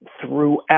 throughout